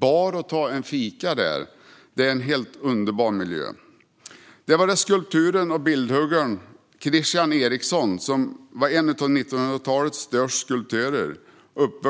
Bara att ta en fika i den miljön är underbart. Skulptören och bildhuggaren Christian Eriksson - han var uppvuxen i Taserud - var en av 1900-talets största skulptörer och